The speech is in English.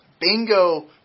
Bingo